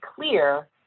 clear